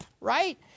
right